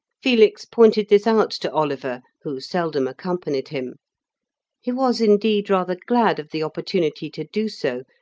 felix pointed this out to oliver, who seldom accompanied him he was indeed rather glad of the opportunity to do so,